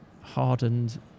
hardened